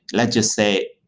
let's just say,